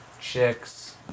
chicks